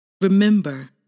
Remember